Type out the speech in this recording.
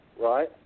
right